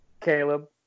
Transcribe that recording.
Caleb